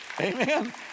Amen